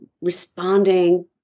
responding